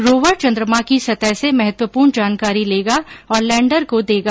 rover चंद्रमा की सतह से महत्वपूर्ण जानकारी लेगा और लैंडर को देगा